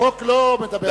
החוק לא מדבר על,